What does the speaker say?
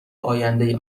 آینده